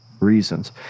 reasons